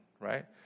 right